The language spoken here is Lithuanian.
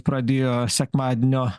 pradėjo sekmadienio